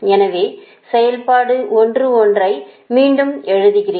எனவே சமன்பாடு 11 ஐ மீண்டும் எழுதுகிறோம்